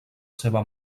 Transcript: seva